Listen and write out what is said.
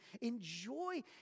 enjoy